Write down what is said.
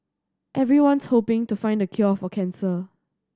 everyone's hoping to find the cure for cancer